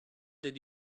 did